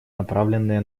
направленные